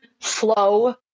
flow